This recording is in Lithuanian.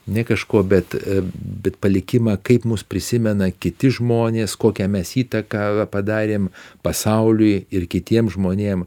ne kažkuo bet bet palikimą kaip mus prisimena kiti žmonės kokią mes įtaką padarėm pasauliui ir kitiem žmonėm